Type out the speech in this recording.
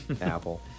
apple